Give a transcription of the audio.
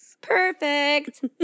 Perfect